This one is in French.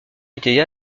étaient